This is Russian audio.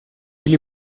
или